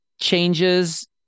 changes